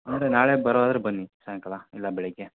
ಅಂದರೆ ನಾಳೆ ಬರೋದಾದ್ರೆ ಬನ್ನಿ ಸಾಯಂಕಾಲ ಇಲ್ಲ ಬೆಳಗ್ಗೆ